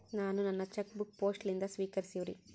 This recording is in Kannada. ನಾನು ನನ್ನ ಚೆಕ್ ಬುಕ್ ಪೋಸ್ಟ್ ಲಿಂದ ಸ್ವೀಕರಿಸಿವ್ರಿ